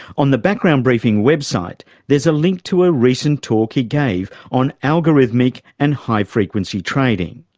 on the background briefing website there's a link to a recent talk he gave on algorithmic and high-frequency trading.